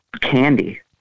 candy